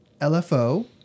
LFO